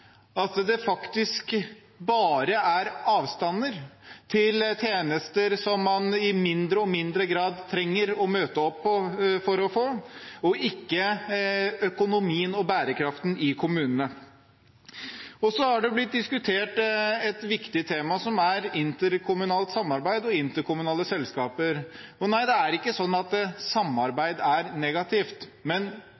at det faktisk bare er avstander til tjenester, som man i mindre og mindre grad trenger å møte opp for å få, og ikke økonomien og bærekraften i kommunene. Så har det blitt diskutert et viktig tema, nemlig interkommunalt samarbeid og interkommunale selskaper. Nei, det er ikke sånn at